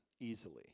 Easily